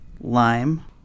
Lime